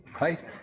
right